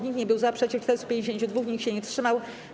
Nikt nie był za, przeciw - 452, nikt się nie wstrzymał.